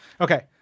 Okay